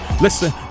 listen